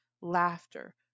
laughter